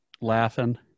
laughing